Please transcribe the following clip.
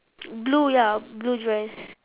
blue ya blue dress